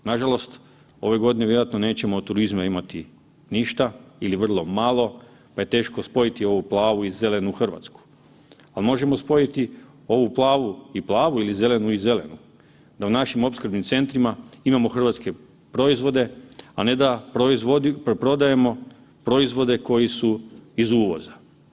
Nažalost, ove godine vjerojatno nećemo od turizma imati ništa ili vrlo malo, pa je teško spojiti ovu plavu i zelenu RH, a možemo spojiti ovu plavu i plavu ili zelenu i zelenu da u našim opskrbnim centrima imamo hrvatske proizvode, a ne da prodajemo proizvode koji su iz uvoza.